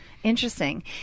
Interesting